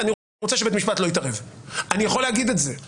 אני יכול לקבל את הרעיון הזה.